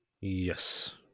Yes